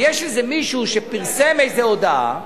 ויש איזה מישהו שפרסם איזו הודעה,